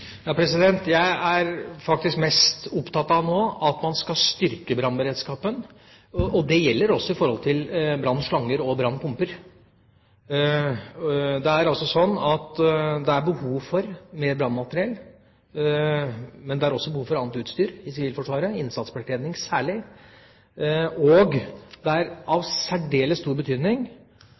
Jeg er faktisk mest opptatt av nå at man skal styrke brannberedskapen. Det gjelder også i forhold til brannslanger og brannpumper. Det er altså slik at det er behov for mer brannmateriell, men det er også behov for annet utstyr i Sivilforsvaret, innsatsbekledning særlig, og det er av særdeles stor betydning